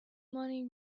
money